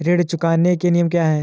ऋण चुकाने के नियम क्या हैं?